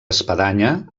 espadanya